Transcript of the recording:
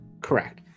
Correct